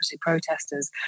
Protesters